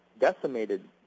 decimated